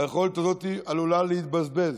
היכולת הזאת עלולה להתבזבז.